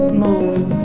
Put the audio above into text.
move